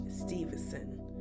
Stevenson